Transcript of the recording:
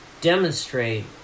demonstrate